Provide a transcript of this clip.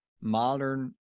modern